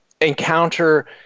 encounter